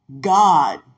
God